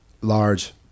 Large